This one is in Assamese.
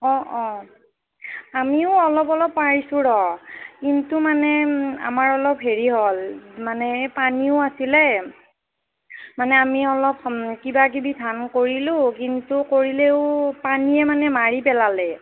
অঁ অঁ আমিও অলপ অলপ পাৰিছোঁ ৰ' কিন্তু মানে আমাৰ অলপ হেৰি হ'ল মানে এই পানীও আছিলে মানে আমি অলপ কিবা কিবি ধান কৰিলোঁ কিন্তু কৰিলেও পানীয়ে মানে মাৰি পেলালে